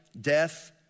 death